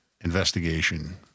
investigation